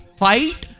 fight